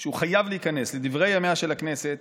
שהוא חייב להיכנס לדברי ימיה של הכנסת